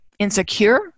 insecure